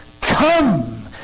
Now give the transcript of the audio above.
Come